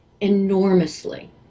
enormously